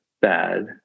bad